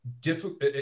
difficult